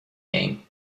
game